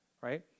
right